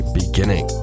beginning